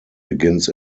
begins